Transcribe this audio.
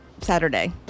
Saturday